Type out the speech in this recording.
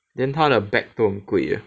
then 他的 bag 都很贵的